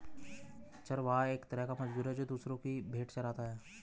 चरवाहा एक तरह का मजदूर है, जो दूसरो की भेंड़ चराता है